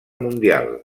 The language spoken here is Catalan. mundial